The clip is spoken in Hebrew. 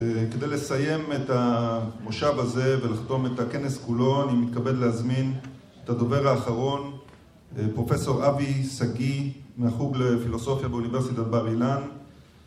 כדי לסיים את המושב הזה ולחתום את הכנס כולו, אני מתכבד להזמין את הדובר האחרון, פרופסור אבי שגיא, מהחוג לפילוסופיה באוניברסיטת בר אילן.